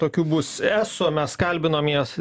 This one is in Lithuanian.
tokių bus eso mes kalbinom juos